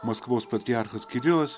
maskvos patriarchas kirilas